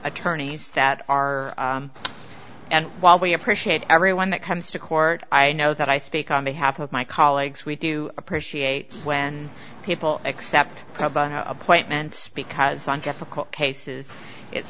attorneys that are and while we appreciate everyone that comes to court i know that i speak on behalf of my colleagues we do appreciate when people accept appointments because on difficult cases it's